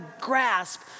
grasp